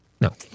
no